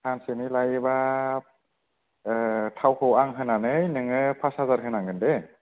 सानसेनि लायोबा थावखौ आं होनानै नोङो फास हाजार होनांगोन दे